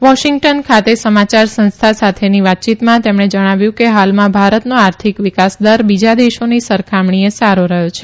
Washington ખાતે સમાચાર સંસ્થા સાથેની વાતચીતમાં તેમણે જણાવ્યું કે હાલમાં ભારતનો આર્થિક વિકાસ દર બીજા દેશોની સરખામણીએ સારો રહ્યો છે